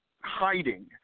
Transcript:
hiding